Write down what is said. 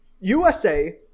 USA